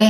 be